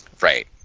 Right